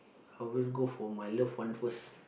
I always go for my love one first